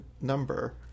number